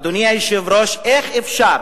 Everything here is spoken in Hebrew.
אדוני היושב-ראש, איך אפשר